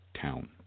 town